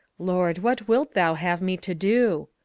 lord, what wilt thou have me to do?